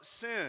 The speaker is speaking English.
sin